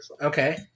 Okay